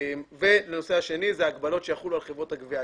הנושא השני הוא ההגבלות שיחולו על חברות הגבייה.